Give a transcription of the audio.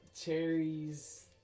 cherries